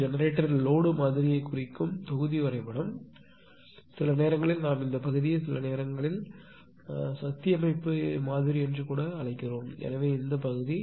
இது generator load மாதிரியைக் குறிக்கும் தொகுதி வரைபடம் சில நேரங்களில் நாம் இந்த பகுதியை சில நேரங்களில் சக்தி அமைப்பு மாதிரி கூட அழைக்கிறோம் எனவே இந்த பகுதி